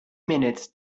minutes